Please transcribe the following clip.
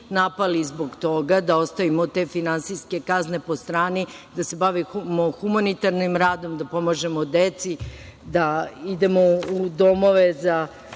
napali zbog toga, da ostavimo te finansijske kazne po strani, da se bavimo humanitarnim radom, da pomažemo deci, da idemo u domove za